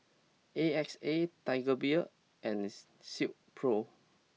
A X A Tiger Beer and Silkpro